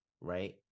right